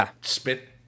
spit